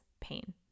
pain